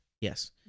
Yes